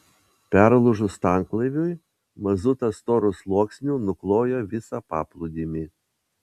perlūžus tanklaiviui mazutas storu sluoksniu nuklojo visą paplūdimį